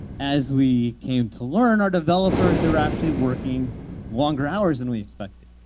as we came to learn, our developers are actually working longer hours than we expected.